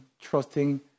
trusting